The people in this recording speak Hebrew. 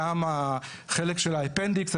גם החלק של האפנדיקס,